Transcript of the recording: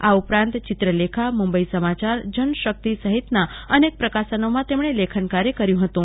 આ ઉપરાંત ચિત્રલેખા મુંબઈ સમાચાર જનશક્તિ સહિતના અનેક પ્રકાશનોમાં તેમને લેખન કાર્ય કર્યું હતું